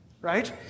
right